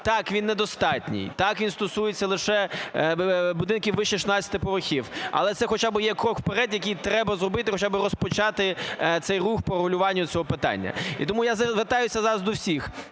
Так, він недостатній. Так, він стосується лише будинків вище 16 поверхів. Але це хоча би крок вперед, який треба зробити, хоча би розпочати цей рух по урегулюванню цього питання. І тому я звертаюся зараз до всіх